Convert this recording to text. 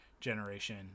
generation